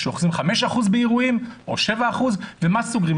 כשאוחזים 5% באירועים או 7%, ומה סוגרים.